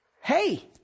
Hey